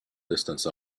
distance